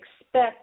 expect